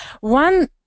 One